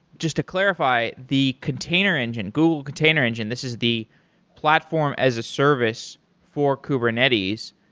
just to clarify, the container engine, google container engine, this is the platform as a service for kubernetes.